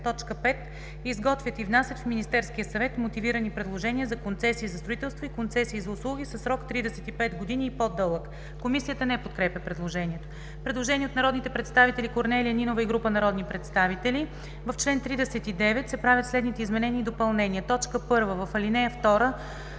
„5. изготвят и внасят в Министерския съвет мотивирани предложения за концесии за строителство и концесии за услуги със срок 35 години и по-дълъг.“ Комисията не подкрепя предложението. Предложение от народния представител Корнелия Нинова и група народни представители: „В чл. 39 се правят следните изменения и допълнения: 1. в ал. 2: